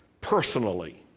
personally